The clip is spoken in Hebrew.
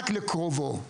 רק לקרובו.